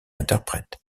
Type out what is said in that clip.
interprète